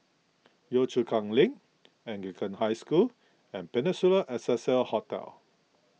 Yio Chu Kang Link Anglican High School and Peninsula Excelsior Hotel